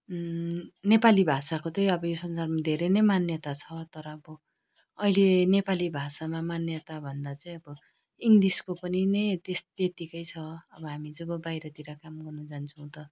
नेपाली भाषाको त्यही अब यो संसारमा धेरै नै मान्यता छ तर अब अहिले नेपाली भाषामा मान्यताभन्दा चाहिँ अब इङ्गलिसको पनि नै त्यस त्यत्तिकै छ अब हामी जब बाहिरतिर काम गर्नु जान्छौँ त